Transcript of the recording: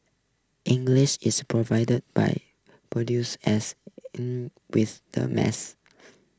English is provided by produces as in with the mass